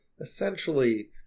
essentially